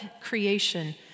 creation